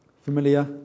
Familiar